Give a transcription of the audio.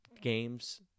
games